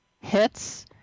hits